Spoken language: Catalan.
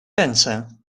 pensa